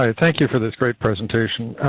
ah thank you for this great presentation.